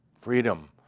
Freedom